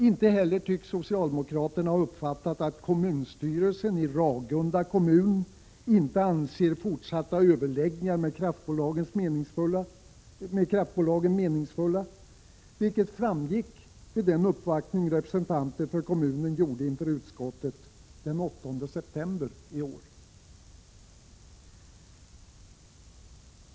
Inte heller tycks socialdemokraterna ha uppfattat att kommunstyrelsen i Ragunda kommun inte anser fortsatta överläggningar med kraftbolagen meningsfulla, vilket framgick vid den uppvaktning som representanter för kommunen gjorde inför utskottet den 8 september i år.